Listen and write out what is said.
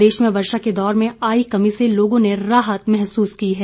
प्रदेश में वर्षा के दौर में आई कमी से लोगों ने राहत महसूस की है